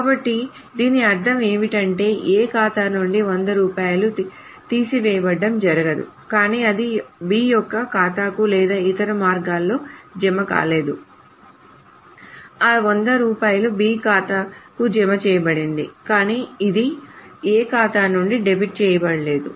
కాబట్టి దీని అర్థం ఏమిటంటే A ఖాతా నుండి 100 రూపాయలు తీసివేయబడటం జరగదు కానీ అది B యొక్క ఖాతాకు లేదా ఇతర మార్గాల్లో జమ కాలేదు ఆ రూపాయి 100 B ఖాతాకు జమ చేయబడింది కానీ ఇది A ఖాతా నుండి డెబిట్ చేయబడలేదు